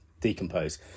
decompose